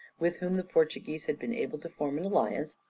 with whom the portuguese had been able to form an alliance,